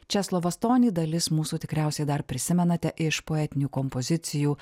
česlovą stonį dalis mūsų tikriausiai dar prisimenate iš poetinių kompozicijų